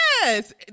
Yes